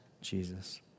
Jesus